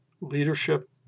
leadership